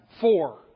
four